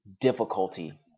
difficulty